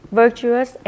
virtuous